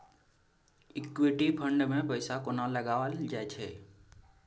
Equity fund मे पैसा कोना लगाओल जाय छै?